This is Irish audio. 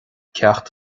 ceacht